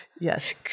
Yes